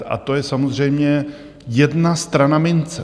A to je samozřejmě jedna strana mince.